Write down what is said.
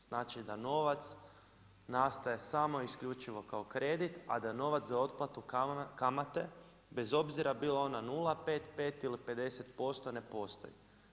Znači da novac nastaje samo i isključivo kao kredit, a da novac za otplatu kamate bez obzira bila ona nula, pet pet ili 50% ne postoji.